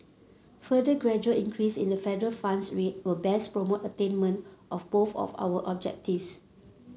further gradual increase in the federal funds rate will best promote attainment of both of our objectives